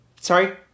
Sorry